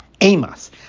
Amos